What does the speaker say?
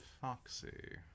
Foxy